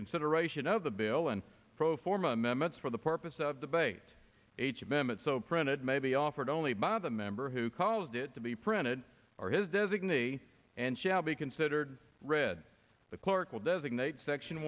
consideration of the bill and pro forma members for the purpose of debate h m m and so printed may be offered only by the member who caused it to be printed or his designee and shall be considered read the clerk will designate section